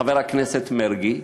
חבר הכנסת מרגי,